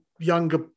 Younger